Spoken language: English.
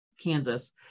Kansas